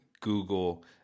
Google